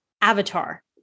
avatar